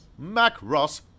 Macross